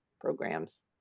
programs